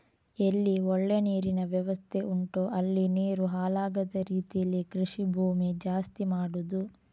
ಎಲ್ಲಿ ಒಳ್ಳೆ ನೀರಿನ ವ್ಯವಸ್ಥೆ ಉಂಟೋ ಅಲ್ಲಿ ನೀರು ಹಾಳಾಗದ ರೀತೀಲಿ ಕೃಷಿ ಭೂಮಿ ಜಾಸ್ತಿ ಮಾಡುದು